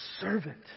servant